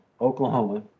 Oklahoma